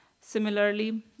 Similarly